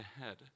ahead